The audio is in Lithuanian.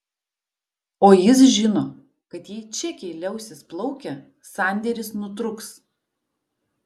o jis žino kad jei čekiai liausis plaukę sandėris nutrūks